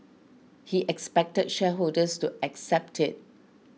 he expected shareholders to accept it